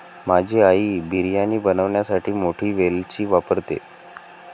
माझी आई बिर्याणी बनवण्यासाठी मोठी वेलची वापरते